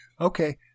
Okay